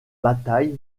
bataille